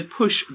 push